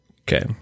Okay